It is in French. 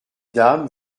dames